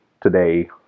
today